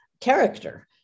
character